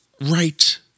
right